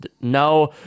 no